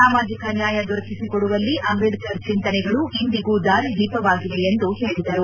ಸಾಮಾಜಿಕ ನ್ಯಾಯ ದೊರಕಿಸಿಕೊಡುವಲ್ಲಿ ಅಂಬೇಡ್ತರ್ ಚಿಂತನೆಗಳು ಇಂದಿಗೂ ದಾರಿ ದೀಪವಾಗಿವೆ ಎಂದು ಹೇಳದರು